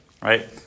right